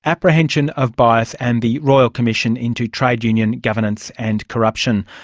apprehension of bias and the royal commission into trade union governance and corruption.